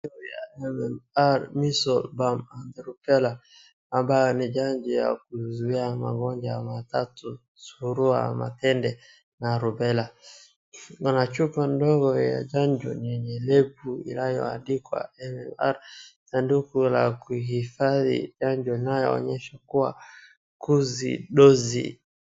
Chanjo ya MMR, measles, mumps and rubella ni chanjo ya kuzuia magonjwa matatu, surua, matende na rubela. Kuna chupa ndogo ya chanjo yenye lebo inayoandikwa MMR sanduku la kuhifadhi chanjo linaloonyesha kuwa dozi.